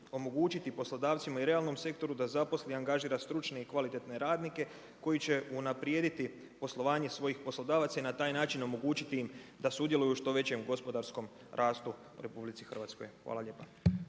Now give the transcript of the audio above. omogućiti poslodavcima i realnom sektoru da zaposli i angažira stručne i kvalitetne radnike, koji će unaprijediti poslovanje svojih poslodavaca i na taj način omogućiti im da sudjeluju u što većem gospodarskom rastu u RH. Hvala lijepa.